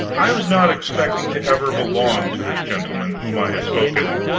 i was not expecting to ever belong to this gentleman whom i have spoken of,